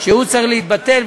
שהוא צריך להתבטל.